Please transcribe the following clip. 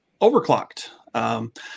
overclocked